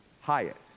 highest